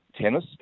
tennis